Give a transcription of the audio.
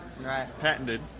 patented